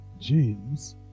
James